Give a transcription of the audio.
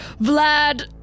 Vlad